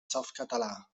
softcatalà